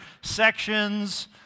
sections